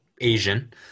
Asian